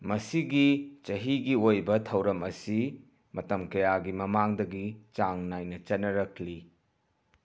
ꯃꯁꯤꯒꯤ ꯆꯍꯤꯒꯤ ꯑꯣꯏꯕ ꯊꯧꯔꯝ ꯑꯁꯤ ꯃꯇꯝ ꯀꯌꯥꯒꯤ ꯃꯃꯥꯡꯗꯒꯤ ꯆꯥꯡ ꯅꯥꯏꯅ ꯆꯠꯅꯔꯛꯂꯤ